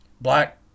black